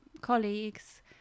colleagues